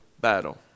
battle